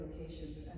locations